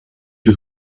you